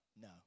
No